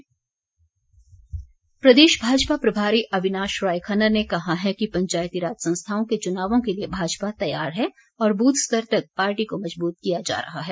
भाजपा प्रदेश भाजपा प्रभारी अविनाश राय खन्ना ने कहा है कि पंचायतीराज संस्थाओं के चुनावों के लिए भाजपा तैयार है और बूथ स्तर तक पार्टी को मजबूत किया जा रहा है